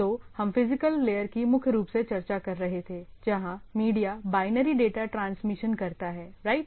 तो हम physical layer की मुख्य रूप से चर्चा कर रहे थे जहां मीडिया बाइनरी डेटा ट्रांसमिशन करता है राइट